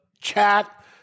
chat